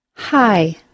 Hi